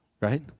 right